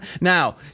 Now